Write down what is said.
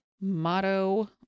motto